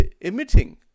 emitting